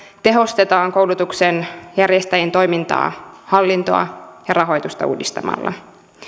tehostetaan koulutuksen järjestäjien toimintaa hallintoa ja rahoitusta uudistamalla